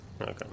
Okay